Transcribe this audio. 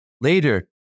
later